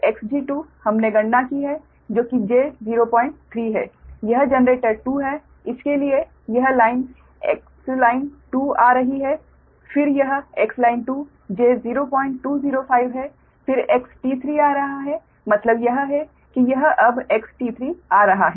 और Xg2 हमने गणना की है जो कि j03 है यह जनरेटर 2 है इसके लिए यह लाइन Xline 2 आ रही है फिर यह Xline 2 j0205 है फिर XT3 आ रहा है मतलब यह है कि यह अब XT3 आ रहा है